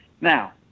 Now